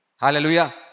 Hallelujah